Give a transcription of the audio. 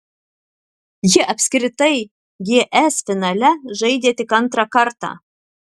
ji apskritai gs finale žaidė tik antrą kartą